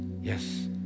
Yes